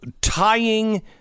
tying